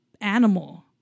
animal